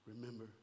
remember